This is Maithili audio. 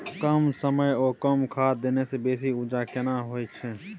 कम समय ओ कम खाद देने से बेसी उपजा केना होय छै?